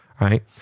right